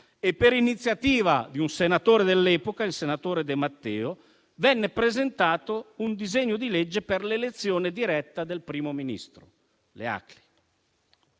Per iniziativa di un senatore dell'epoca, il senatore De Matteo, venne presentato un disegno di legge per l'elezione diretta del Primo Ministro.